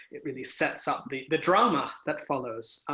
it really sets up the the drama that follows.